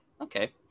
okay